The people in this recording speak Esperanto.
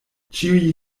ĉiuj